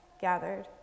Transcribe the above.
gathered